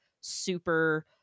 super